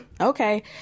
okay